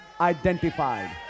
identified